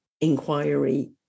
inquiry